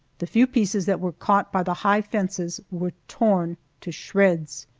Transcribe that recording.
the few pieces that were caught by the high fences were torn to shreds.